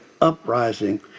uprising